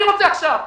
אני רוצה עכשיו.